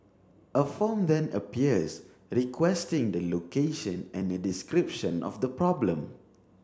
a form then appears requesting the location and a description of the problem